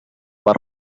per